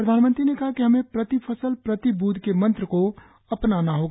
प्रधानमंत्री ने कहा कि हमें प्रति फसल प्रति ब्रंद के मंत्र को अपनाना होगा